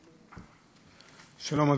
מי שמסתכל,